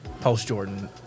Post-Jordan